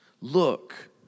look